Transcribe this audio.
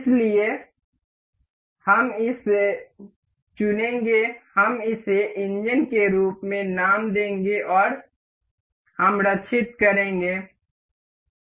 इसलिए हम इसे चुनेंगे हम इसे इंजन के रूप में नाम देंगे और हम रक्षित करेंगे